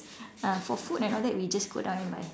uh for food and all that we just go down and buy